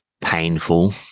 painful